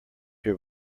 your